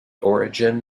origin